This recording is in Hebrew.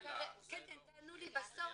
תענו לי בסוף.